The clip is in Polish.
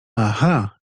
aha